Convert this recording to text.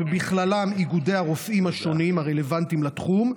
ובכללם איגודי הרופאים השונים הרלוונטיים לתחום.